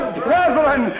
brethren